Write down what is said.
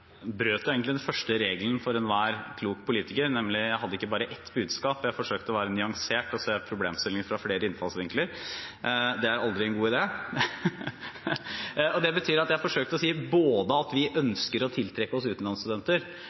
forsøkte å være nyansert og se problemstillingen fra flere innfallsvinkler. Det er aldri en god idé. Det betyr at jeg forsøkte å si både at vi ønsker å tiltrekke oss